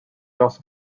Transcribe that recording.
does